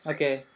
Okay